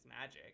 magic